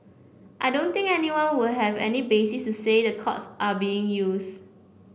I don't think anyone would have any basis to say the courts are being used